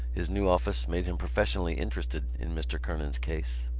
his new office made him professionally interested in mr. kernan's case.